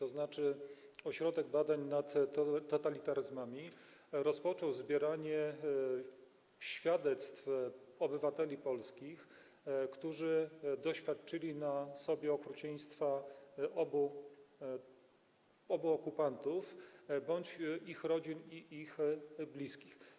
Ośrodek Badań nad Totalitaryzmami rozpoczął zbieranie świadectw obywateli polskich, którzy doświadczyli na sobie okrucieństwa obu okupantów, bądź ich rodzin i ich bliskich.